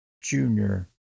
Junior